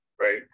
right